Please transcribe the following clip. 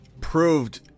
proved